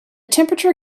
temperature